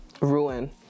Ruin